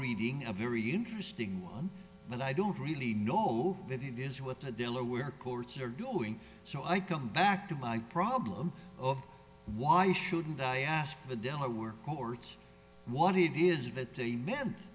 reading a very interesting one but i don't really know that it is what the delaware courts are doing so i come back to my problem of why shouldn't i ask the delaware courts what it is that they meant